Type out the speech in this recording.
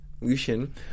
Lucian